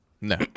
No